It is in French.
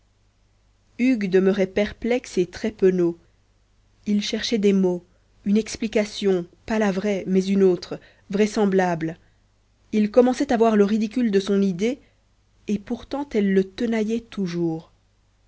hugues demeurait perplexe et très penaud il cherchait des mots une explication pas la vraie mais une autre vraisemblable il commençait à voir le ridicule de son idée et pourtant elle le tenaillait toujours